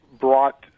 Brought